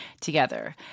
together